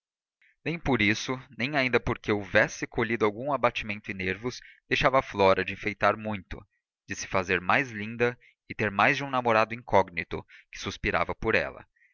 nem por isso nem ainda porque houvesse colhido algum abatimento e nervos deixava flora de enfeitar muito de se fazer mais linda e ter mais de um namorado incógnito que suspirava por ela